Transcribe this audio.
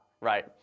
right